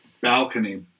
balcony